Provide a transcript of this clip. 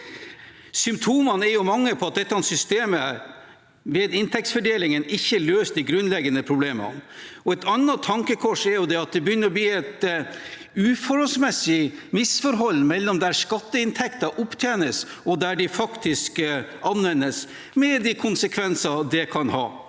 Symptomene er mange på at dette systemet, den inntektsfordelingen, ikke løser de grunnleggende problemene. Et annet tankekors er at det begynner å bli et uforholdsmessig misforhold mellom der skatteinntekter opptjenes, og der de faktisk anvendes, med de konsekvenser det kan ha.